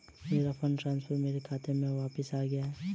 मेरा fund transfer मेरे खाते में वापस आ गया है